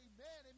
Amen